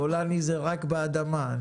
גולני זה רק באדמה.